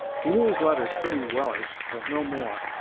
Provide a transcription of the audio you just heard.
he knew his letters pretty wellish, but no more.